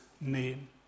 name